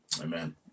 Amen